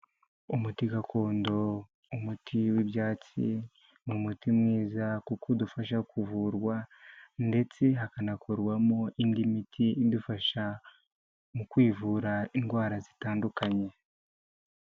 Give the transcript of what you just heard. Umuti gakondo, umuti w'ibyatsi ni umuti mwiza kuko udufasha kuvurwa ndetse hakanakorwamo indi miti idufasha mu kwivura indwara zitandukanye.